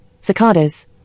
cicadas